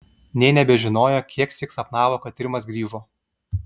nė nebežinojo kieksyk sapnavo kad rimas grįžo